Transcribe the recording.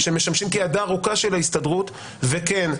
שמשמשים כידה הארוכה של ההסתדרות וכן,